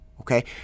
Okay